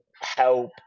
help